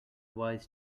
wise